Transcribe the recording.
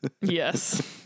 Yes